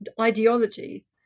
ideology